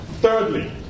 Thirdly